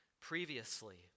previously